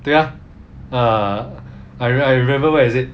对 ah uh I I remember where is it